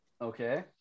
Okay